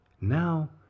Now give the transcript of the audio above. Now